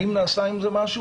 האם נעשה עם זה משהו?